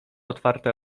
otwarte